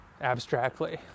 abstractly